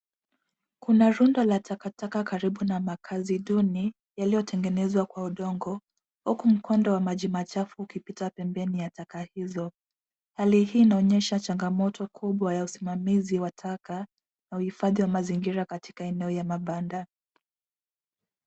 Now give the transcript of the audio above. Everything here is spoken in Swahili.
Kuna rundo la takataka karibu na makazi duni iliyotengenezwa kwa udongo huku mkondo wa maji machafu ukipita pembeni ya taka hizo. Hali hii inaonyesha chanfmgamoto kubwa ya usimamizi wa taka na uhifadhi wa mazingira katika eneo ya mabanda.